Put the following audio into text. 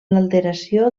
alteració